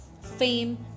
fame